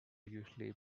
usually